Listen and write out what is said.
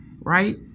right